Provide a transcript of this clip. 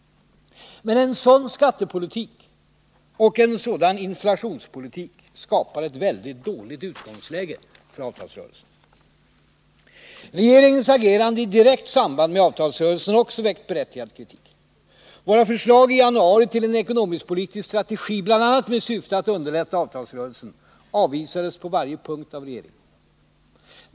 Men en sådan skattepolitik och en sådan inflationspolitik skapar ett väldigt dåligt utgångsläge för en avtalsrörelse. Regeringens agerande i direkt samband med avtalsrörelsen har också väckt berättigad kritik. Våra förslag i januari till en ekonomisk-politisk strategi, bl.a. med syfte att underlätta avtalsrörelsen, avvisades på varje punkt av regeringen.